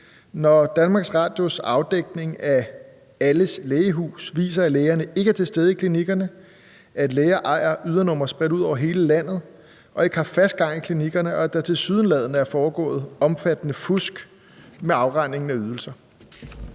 når DR’s afdækning af Alles Lægehus viser, at lægerne ikke er til stede i klinikkerne, at læger ejer ydernumre spredt ud over hele landet og ikke har fast gang i klinikkerne, og at der tilsyneladende er foregået omfattende fusk med afregningen af ydelser?